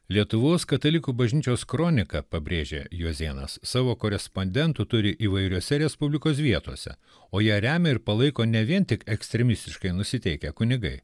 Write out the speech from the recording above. lietuvos katalikų bažnyčios kronika pabrėžė juozėnas savo korespondentų turi įvairiose respublikos vietose o ją remia ir palaiko ne vien tik ekstremistiškai nusiteikę kunigai